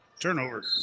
turnover